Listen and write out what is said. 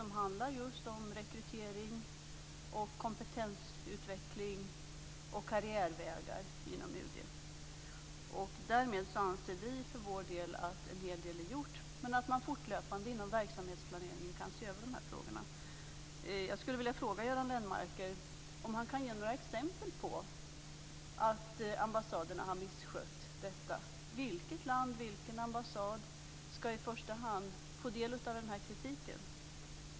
Den handlar just om rekrytering, kompetensutveckling och karriärvägar inom UD. Därmed anser vi för vår del att en hel del är gjort men att man fortlöpande inom verksamhetsplaneringen kan se över de här frågorna. Jag skulle vilja fråga Göran Lennmarker om han kan ge några exempel på att ambassaderna har misskött detta. Vilket land, vilken ambassad, ska i första hand få del av den här kritiken?